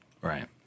Right